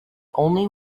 only